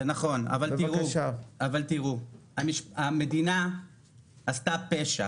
אבל תראו, המדינה עשתה פשע